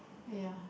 ya